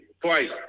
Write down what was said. twice